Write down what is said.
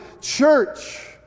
Church